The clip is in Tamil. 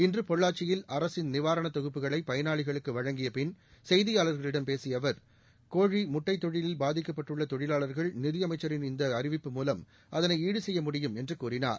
இன்று பொள்ளாச்சியில் அரசின் நிவாரண தொகுப்புகளை பயனாளிகளுக்கு வழங்கிய பின் செய்தியாள்களிடம் பேசிய அவர் கோழி முட்டை தொழிலில் பாதிக்கப்பட்டுள்ள தொழிலாளர்கள் நிதி அமைச்சரின் இநத அறிவிப்பு மூலம் அதனை ஈடு செய்ய முடியும் என்று கூறினார்